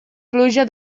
pluja